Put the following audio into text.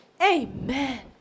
Amen